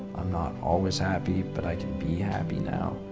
i'm not always happy, but i can be happy now.